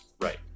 Right